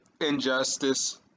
Injustice